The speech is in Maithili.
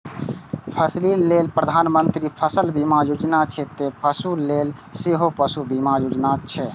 फसिल लेल प्रधानमंत्री फसल बीमा योजना छै, ते पशु लेल सेहो पशु बीमा योजना छै